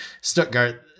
Stuttgart